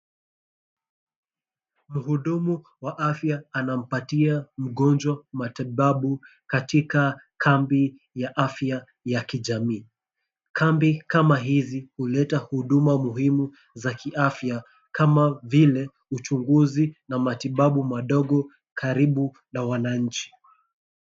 Mhudumu wa afya anampatia mgonjwa matibabu katika kambi ya afya ya kijamii. Kambi kama hizi huleta huduma muhimu za kiafya kama vile uchunguzi na matibabu madogo karibu na wananchi.